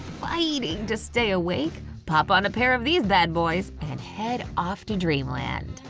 fighting to stay awake, pop on a pair of these bad boys and head off to dream land!